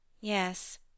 Yes